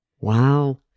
Wow